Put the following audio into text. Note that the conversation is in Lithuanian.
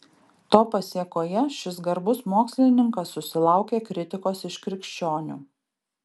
to pasėkoje šis garbus mokslininkas susilaukė kritikos iš krikščionių